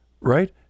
right